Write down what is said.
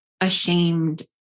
ashamed